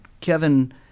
Kevin